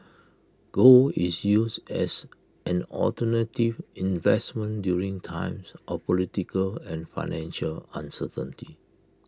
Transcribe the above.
gold is used as an alternative investment during times of political and financial uncertainty